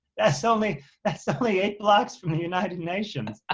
that's only that's ah only eight blocks from the united nations. ah